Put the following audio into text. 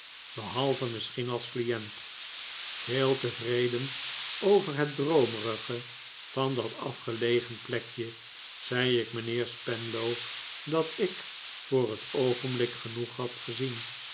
behalve misschien als client heel tevreden over het droomerige van dat afgelegen plekje zei ik mijnheer spenlow dat ik voor het oogenblik genoeg had gezien